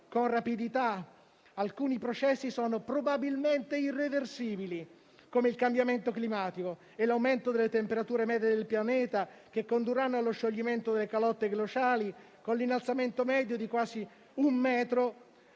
con rapidità. Alcuni processi sono probabilmente irreversibili, come il cambiamento climatico e l'aumento delle temperature medie del pianeta, che condurranno allo scioglimento delle calotte glaciali, con l'innalzamento di quasi un metro